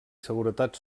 seguretat